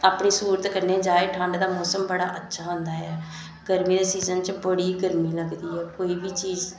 अपनी सूरत कन्नै जाए ठंड दा मौसम बड़ा अच्छा होंदा ऐ गर्मी दे सीज़न बिच बड़ी गर्मी लगदी ऐ कोई बी चीज़